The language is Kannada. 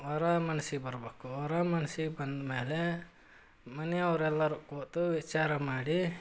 ವರ ಮನ್ಸಿಗೆ ಬರಬೇಕು ವರ ಮನ್ಸಿಗೆ ಬಂದಮೇಲೆ ಮನೆಯವ್ರು ಎಲ್ಲರೂ ಕೂತು ವಿಚಾರ ಮಾಡಿ